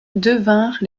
devinrent